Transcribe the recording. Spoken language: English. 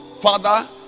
Father